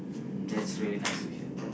mm that's really nice to hear